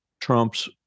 trump's